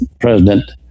President